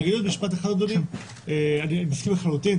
אני מסכים לחלוטין.